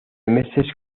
meses